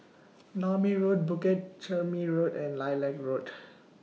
Naumi rule Bukit Chermin Road and Lilac Road